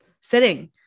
sitting